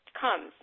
comes